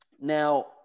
Now